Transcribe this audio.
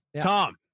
Tom